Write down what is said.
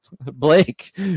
Blake